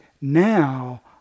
now